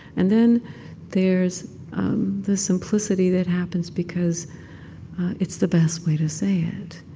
and then there's the simplicity that happens because it's the best way to say it.